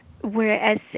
whereas